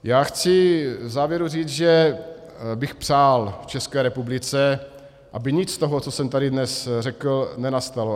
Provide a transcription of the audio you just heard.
Já chci v závěru říct, že bych přál České republice, aby nic z toho, co jsem tady dnes řekl, nenastalo.